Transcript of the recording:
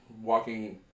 walking